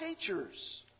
teachers